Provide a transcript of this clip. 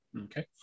Okay